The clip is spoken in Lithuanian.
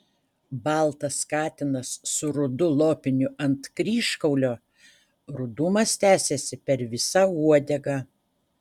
baltas katinas su rudu lopiniu ant kryžkaulio rudumas tęsėsi per visą uodegą